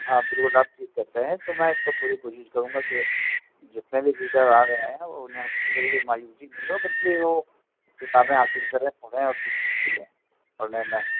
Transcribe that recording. ہاں بالکل آپ ٹھیک کہتے ہیں تو میں اس کو پوری کوشش کروں گا کہ جتنے بھی ریڈر آ رہے ہیں انہیں کسی طرح کی مایوسی نہیں ہو بلکہ وہ کتابیں حاصل کریں پڑھیں اور دلچسپی لیں پڑھنے میں